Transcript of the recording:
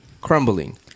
crumbling